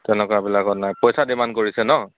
তেনেকুৱাবিলাকত নাই পইচা ডিমাণ্ড কৰিছে ন